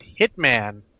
Hitman